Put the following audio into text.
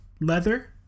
leather